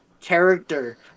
character